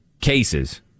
cases